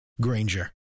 Granger